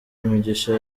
imigisha